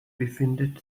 befindet